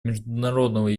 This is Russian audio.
международного